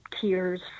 tears